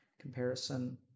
Comparison